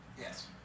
yes